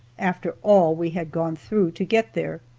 after all we had gone through, to get there.